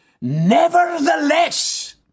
Nevertheless